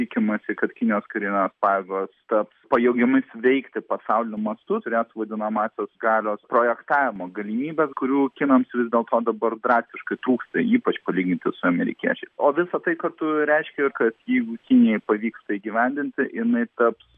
tikimasi kad kinijos karinės pajėgos taps pajėgiamais veikti pasauliniu mastu turėtų vadinamąsias galios projektavimo galimybes kurių kinams vis dėlto dabar drastiškai trūksta ypač palyginti su amerikiečiais o visa tai kartu ir reiškia kad jeigu kinijai pavyks tai įgyvendinti jinai taps